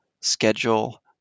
schedule